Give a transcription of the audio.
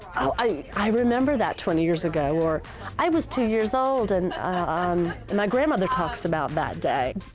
i i remember that twenty years ago or i was two years old and, ah, um and my grandmother talks about that day,